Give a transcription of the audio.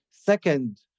second